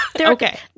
Okay